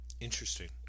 Interesting